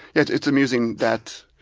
it's amusing that